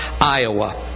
Iowa